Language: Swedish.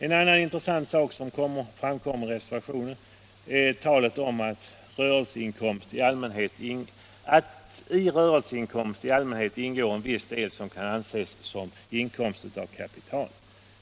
En annan intressant sak som framkommer i reservationen är talet om att i rörelseinkomst i allmänhet ingår en viss del som kan anses som inkomst av kapital.